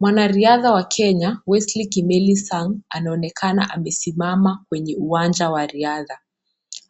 Mwanariadha wa Kenya Wesley Kimeli Sang, anaonekana amesimama kwenye uwanja wa riadha.